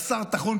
בשר טחון,